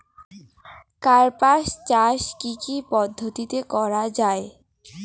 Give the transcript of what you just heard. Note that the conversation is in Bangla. কার্পাস চাষ কী কী পদ্ধতিতে করা য়ায়?